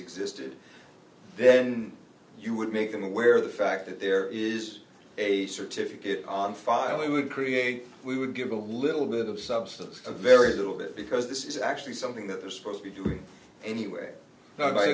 existed then you would make them aware of the fact that there is a certificate on file we would create we would give a little bit of substance a very little bit because this is actually something that they're supposed to do anyway